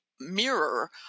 mirror